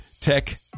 tech